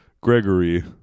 Gregory